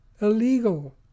illegal